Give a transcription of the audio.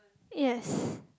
yes